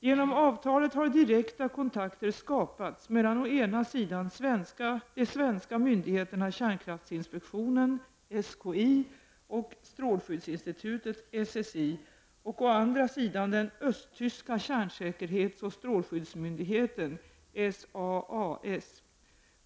Genom avtalet har direkta kontakter skapats mellan å ena sidan de svenska myndigheterna kärnkraftsinspektionen och strålskyddsinstitutet och å andra sidan den östtyska kärnsäkerhetsoch strålskyddsmyndigheten .